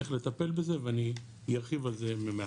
איך לטפל בזה ואני ארחיב על זה.